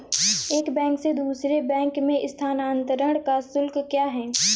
एक बैंक से दूसरे बैंक में स्थानांतरण का शुल्क क्या है?